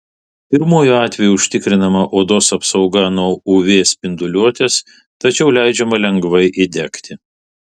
pirmuoju atveju užtikrinama odos apsauga nuo uv spinduliuotės tačiau leidžiama lengvai įdegti